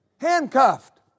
Handcuffed